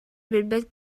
билбэт